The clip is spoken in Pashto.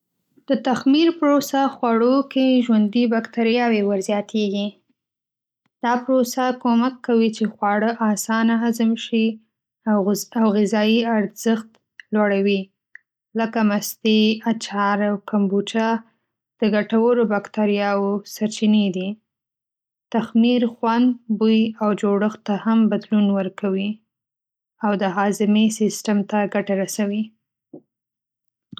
د تخمیر پروسه خواړو کې ژوندي بکتریاوې ورزیاتېږي. دا پروسه کومک کوي چې خواړه اسانه هضم شي او غذایي ارزښت لوړوي. لکه مستې، اچار، او کمبوچا د ګټورو بکتریاوو سرچینې دي. تخمیر خوند، بوی او جوړښت ته هم بدلون ورکوي او د هاضمې سیستم ته ګټه رسوي.